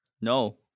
No